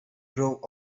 drove